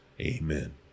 Amen